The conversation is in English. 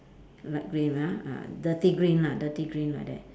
light green ah ah dirty green lah dirty green like that